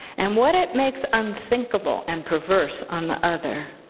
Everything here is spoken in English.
and what it makes unthinkable and perverse on the other.